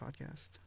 podcast